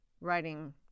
writing